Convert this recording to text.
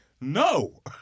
No